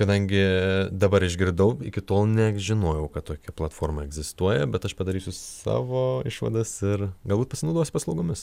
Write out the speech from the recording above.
kadangi dabar išgirdau iki tol nežinojau kad tokia platforma egzistuoja bet aš padarysiu savo išvadas ir galbūt pasinaudosiu paslaugomis